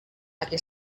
laki